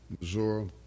Missouri